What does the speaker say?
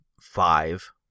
five